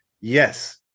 Yes